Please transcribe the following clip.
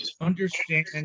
understand